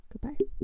Goodbye